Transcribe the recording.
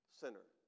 center